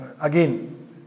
Again